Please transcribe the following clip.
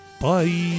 bye